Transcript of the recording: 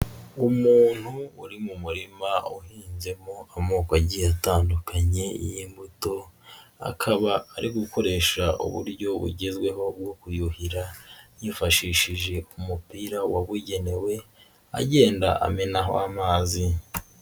Umuntu uri mu murima uhinzemo amoko agiye atandukanye y'imbuto, akaba ari gukoresha uburyo bugezweho bwo kuyuhira yifashishije umupira wabugenewe, agenda amenaho amazi.